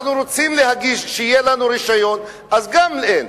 אנחנו רוצים שיהיה לנו רשיון, אז גם אין.